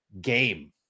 game